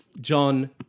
John